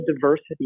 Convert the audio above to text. diversity